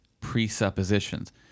presuppositions